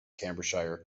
cambridgeshire